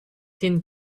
tin